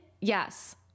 yes